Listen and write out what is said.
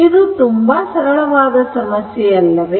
ಇದು ತುಂಬಾ ಸರಳವಾದ ಸಮಸ್ಯೆ ಅಲ್ಲವೇ